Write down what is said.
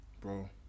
bro